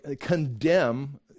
condemn